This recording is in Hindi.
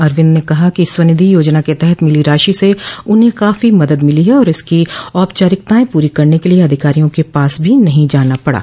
अरविंद ने कहा कि स्वेनिधि याजना के तहत मिली राशि से उन्हें काफी मदद मिली है और इसकी औपचारिकताएं पूरी करने के लिए अधिकारियों के पास भी नहीं जाना पड़ा